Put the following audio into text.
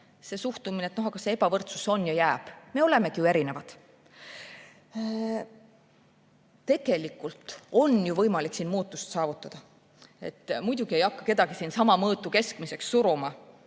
see suhtumine, et aga ebavõrdsus on ja jääb, me olemegi ju erinevad. Tegelikult on ju võimalik siin muutust saavutada. Muidugi ei hakata kedagi siin sama mõõtu keskmiseks suruma.